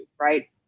right